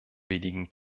wenigen